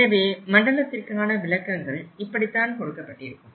எனவே மண்டலத்திற்கான விளக்கங்கள் இப்படித்தான் கொடுக்கப்பட்டிருக்கும்